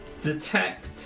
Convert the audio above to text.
detect